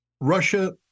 Russia